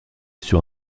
sur